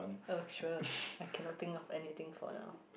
oh sure I cannot think of anything for now